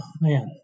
man